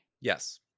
Yes